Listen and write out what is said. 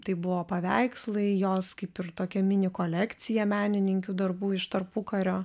tai buvo paveikslai jos kaip ir tokia minikolekcija menininkių darbų iš tarpukario